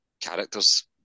characters